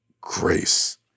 grace